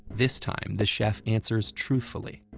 this time the chef answers truthfully.